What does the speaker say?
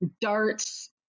Darts